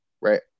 Right